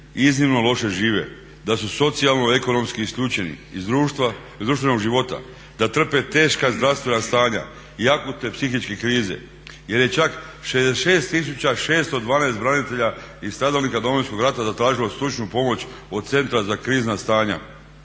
iznimno loše žive, da su socijalno, ekonomski isključeni iz društva, iz društvenog života, da trpe teška zdravstvena stanja i …/Govornik se ne razumije./… psihičke krize. Jer je čak 66 tisuća 612 branitelja i stradalnika Domovinskog rata zatražilo stručnu pomoć od Centra za krizna stanja